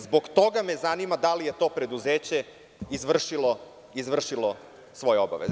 Zbog toga me zanima da li je to preduzeće izvršilo svoje obaveze.